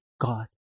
God